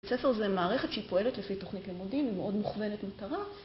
ספר זה מערכת שהיא פועלת לפי תוכנית לימודים, היא מאוד מכוונת מטרה.